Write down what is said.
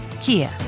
Kia